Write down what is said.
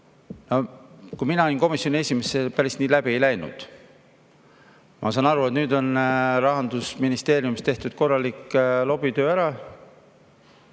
Kui mina olin komisjoni esimees, see päris nii läbi ei läinud. Ma saan aru, et nüüd on Rahandusministeeriumis tehtud korralik lobitöö ja,